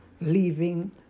leaving